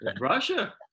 Russia